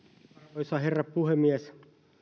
arvoisa herra puhemies